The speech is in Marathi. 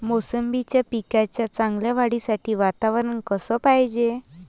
मोसंबीच्या पिकाच्या चांगल्या वाढीसाठी वातावरन कस पायजे?